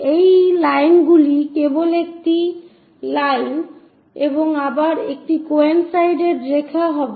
এই লাইনগুলি কেবল একটি লাইন এবং আবার কোয়েনসাইডেড রেখা হবে